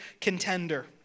contender